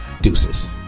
deuces